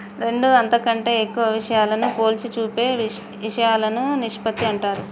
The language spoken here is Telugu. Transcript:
రెండు అంతకంటే ఎక్కువ విషయాలను పోల్చి చూపే ఇషయాలను నిష్పత్తి అంటారు